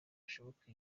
hashoboka